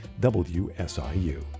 WSIU